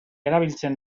erabiltzen